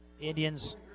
Indians